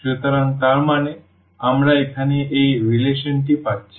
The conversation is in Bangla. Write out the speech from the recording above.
সুতরাং তার মানে আমরা এখানে এই সম্পর্ক টি পাচ্ছি